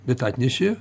bet atnešė